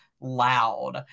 loud